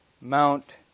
Mount